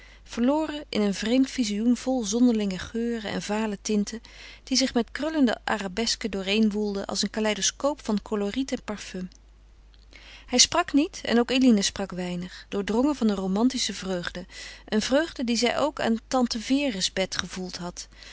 verloren in een vreemd vizioen vol zonderlinge geuren en vale tinten die zich met krullende arabesken dooreen woelden als een caleidoscoop van coloriet en parfum hij sprak niet en ook eline sprak weinig doordrongen van een romantische vreugde een vreugde die zij ook aan tante vere's bed gevoeld had